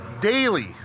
daily